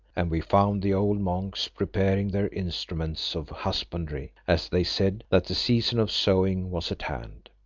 and we found the old monks preparing their instruments of husbandry, as they said that the season of sowing was at hand.